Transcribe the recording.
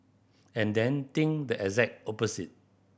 and then think the exact opposite